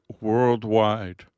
worldwide